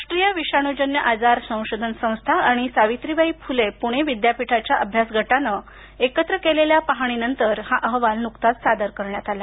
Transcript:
राष्ट्रीय विषाणूजन्य आजार संशोधन संस्था आणि सावित्रीबाई फुले पुणे विद्यापीठाच्या अभ्यासगटानं एकत्र केलेल्या पाहणीनंतर नुकताच हा अहवाल सादर केला